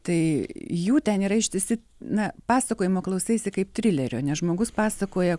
tai jų ten yra ištisi na pasakojimo klausaisi kaip trilerio nes žmogus pasakoja